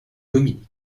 dominic